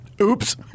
Oops